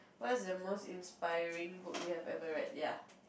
what's the most inspiring book you have ever read ya